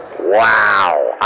wow